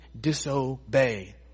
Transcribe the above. disobey